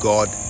God